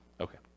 Okay